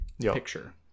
picture